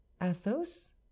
Athos